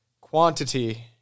Quantity